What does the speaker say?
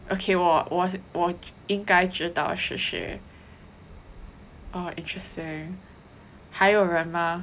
okay 我我我应该知道是谁 oh interesting 还有人吗